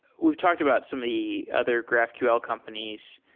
we've talked about some the other graphql companies.